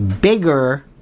bigger